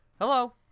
Hello